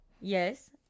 Yes